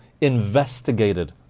investigated